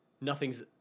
nothing's